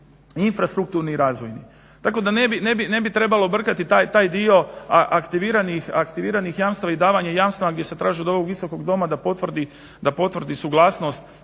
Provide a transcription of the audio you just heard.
infrastrukturni i razvojni. Tako da ne bi trebalo brkati taj dio aktiviranih jamstava i davanja jamstava gdje se traži od ovog Visokog doma da potvrdi suglasnost